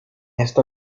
esta